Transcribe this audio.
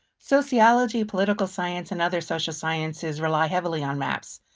sociology, political science, and other social sciences rely heavily on maps.